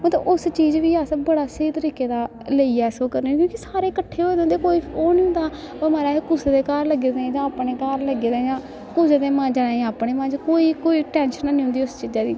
हां ते उस चीज बी अस बड़ा स्हेई तरीके दा लेइयै अस ओह् करने आं क्योंकि सारे किट्ठे होए दे होंदे कोई ओह् निं होंदा भाई म्हाराज कुसै दे घर लग्गे दे जां अपने घर लग्गे दा जां कुसै दे मांजा दे जां अपने मांजा दे कोई कोई टैंशन हैन्नी होंदी उस चीजै दी